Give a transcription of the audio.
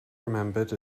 remembered